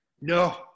No